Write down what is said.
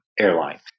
airline